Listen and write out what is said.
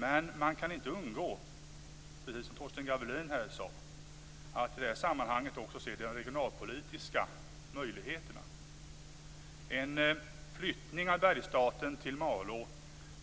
Men man kan inte undgå, precis som Torsten Gavelin sade, att i detta sammanhang också se de regionalpolitiska möjligheterna. En flyttning av Bergsstaten till Malå